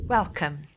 Welcome